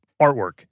artwork